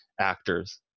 actors